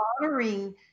honoring